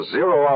Zero